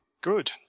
Good